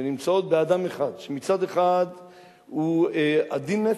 שנמצאות באדם אחד, שמצד אחד הוא עדין נפש,